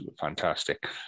fantastic